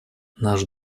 наш